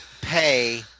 pay